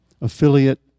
affiliate